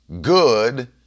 good